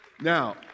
Now